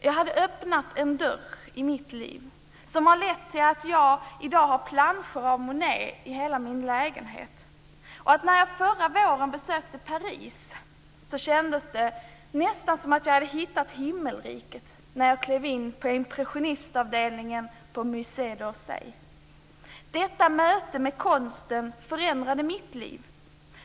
Jag hade öppnat en dörr i mitt liv som har lett till att jag i dag har planscher av Monet i hela min lägenhet, och när jag förra våren besökte Paris kändes det nästan som om jag hade hittat himmelriket när jag klev in på impressionistavdelningen på Musée d'Orsay. Detta möte med konsten förändrade mitt liv.